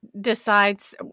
decides